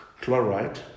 chloride